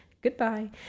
goodbye